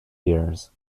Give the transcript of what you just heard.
years